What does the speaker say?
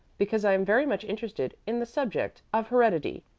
because i am very much interested in the subject of heredity,